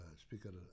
Speaker